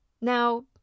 Now